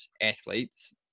athletes